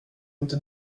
inte